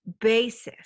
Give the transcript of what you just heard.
basis